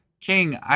King